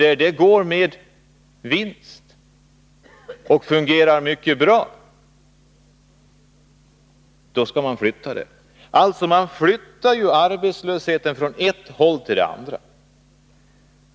Detta verk går också med vinst och fungerar mycket bra. I detta läge vill man alltså flytta arbetslösheten från ett håll till ett annat.